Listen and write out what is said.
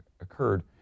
occurred